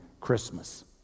Christmas